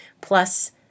plus